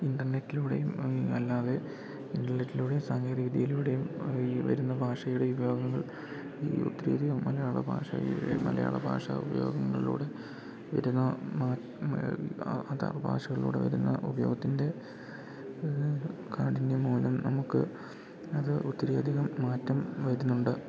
ഇൻ്റർനെറ്റിലൂടെയും അല്ലാതെ ഇൻ്റർനെറ്റിലൂടെയും സാങ്കേതികവിദ്യയിലൂടെയും ഈ വരുന്ന ഭാഷയുടെ ഉപയോഗങ്ങൾ ഈ ഒത്തിരിയധികം മലയാളഭാഷയെ മലയാളഭാഷ ഉപയോഗങ്ങളിലൂടെ വരുന്ന അതർ ഭാഷകളിലൂടെ വരുന്ന ഉപയോഗത്തിൻ്റെ കാഠിന്യം മൂലം നമുക്ക് അത് ഒത്തിരിയധികം മാറ്റം വരുന്നുണ്ട്